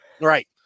Right